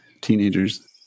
teenagers